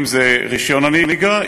אם רישיון נהיגה,